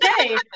Okay